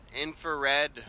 infrared